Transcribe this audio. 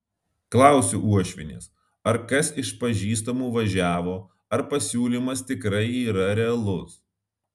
klausiu uošvienės ar kas iš pažįstamų važiavo ar pasiūlymas tikrai yra realus